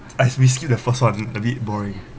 I we see the first one a bit boring